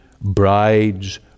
bride's